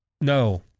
No